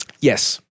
Yes